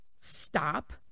stop